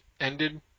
ended